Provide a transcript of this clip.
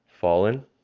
Fallen